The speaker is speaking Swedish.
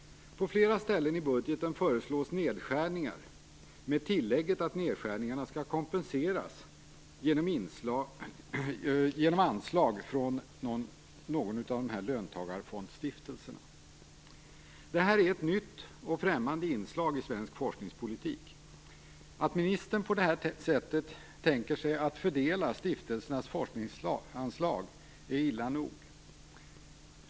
På flera ställen i budgeten föreslås nedskärningar, med tillägget att nedskärningarna skall kompenseras genom anslag från någon av löntagarfondsstiftelserna. Detta är ett nytt och främmande inslag i svensk forskningspolitik. Att ministern på detta sätt tänker sig att fördela stiftelsernas forskningsanslag är illa nog.